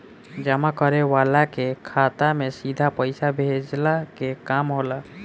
जमा करे वाला के खाता में सीधा पईसा भेजला के काम होला